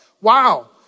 Wow